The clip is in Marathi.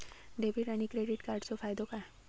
डेबिट आणि क्रेडिट कार्डचो फायदो काय?